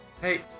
Hey